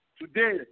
Today